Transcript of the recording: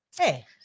Hey